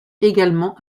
également